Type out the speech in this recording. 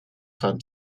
femme